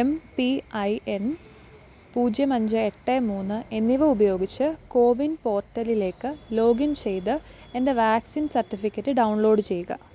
M P I N പൂജ്യം അഞ്ച് എട്ട് മൂന്ന് എന്നിവ ഉപയോഗിച്ച് കോവിൻ പോർട്ടലിലേക്ക് ലോഗിൻ ചെയ്ത് എൻ്റെ വാക്സിൻ സർട്ടിഫിക്കറ്റ് ഡൗൺലോഡ് ചെയ്യുക